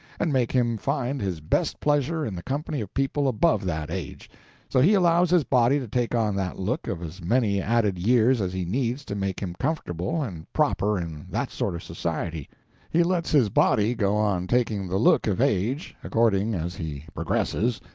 and make him find his best pleasure in the company of people above that age so he allows his body to take on that look of as many added years as he needs to make him comfortable and proper in that sort of society he lets his body go on taking the look of age, according as he progresses,